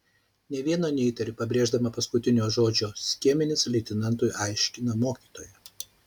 nė vieno neįtariu pabrėždama paskutinio žodžio skiemenis leitenantui aiškina mokytoja